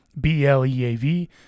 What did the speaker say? B-L-E-A-V